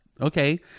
Okay